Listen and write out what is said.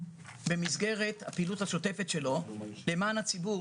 במסגרת הפעילות השוטפת שלו למען הציבור,